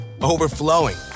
overflowing